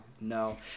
No